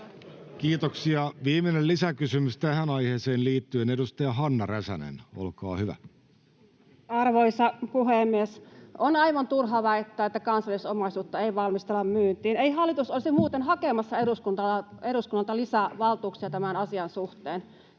valtion omaisuuden myynnistä (Vesa Kallio kesk) Time: 16:44 Content: Arvoisa puhemies! On aivan turha väittää, että kansallisomaisuutta ei valmistella myyntiin, ei hallitus olisi muuten hakemassa eduskunnalta lisävaltuuksia tämän asian suhteen.